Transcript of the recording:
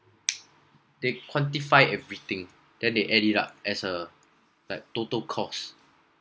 they quantify everything then they add it up as a like total cost